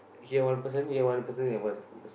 here one person here one person and one person